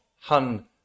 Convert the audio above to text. Hun